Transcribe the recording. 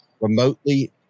remotely